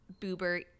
Boober